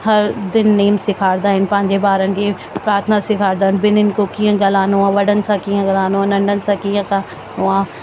हर दिन नियम सेखारींदा आहिनि पंहिंजे ॿारनि खे प्रार्थना सेखारींदा आहिनि सभिनीनि खां कीअं ॻाल्हाइणो आहे वॾनि खां कीअं ॻाल्हाइणो आहे नन्ढनि सां कीअं ॻाल्हाइणो आहे